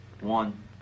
One